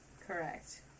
Correct